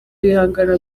ibihangano